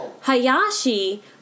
...Hayashi